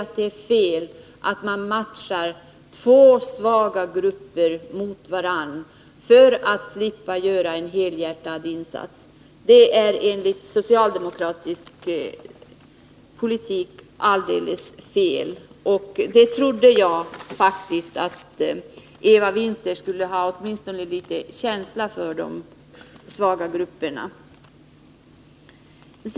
Och det är ju fel att matcha två svaga grupper mot varandra för att slippa göra en helhjärtad insats. Det är enligt socialdemokratisk politik helt felaktigt, och jag trodde faktiskt att Eva Winther skulle ha åtminstone någon liten känsla för de svaga grupperna.